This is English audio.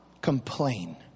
complain